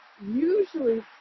usually